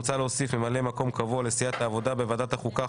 מוצע להוסיף ממלא מקום קבוע לסיעת העבודה בוועדת החוקה,